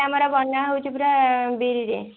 ଆମର ବନା ହଉଛି ପୁରା ବିରିରେ